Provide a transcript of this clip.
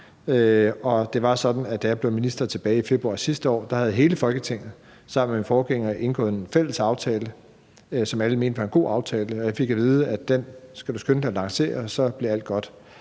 da jeg blev minister tilbage i februar sidste år, havde hele Folketinget sammen med min forgænger indgået en fælles aftale, som alle mente var en god aftale, og jeg fik at vide, at den skulle jeg skynde mig at lancere, og så ville alt blive